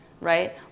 right